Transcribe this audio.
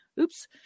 oops